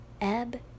ebb